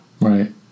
right